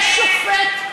יש שופט,